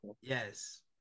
yes